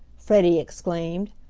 freddie exclaimed.